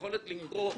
יכולת לקרוא,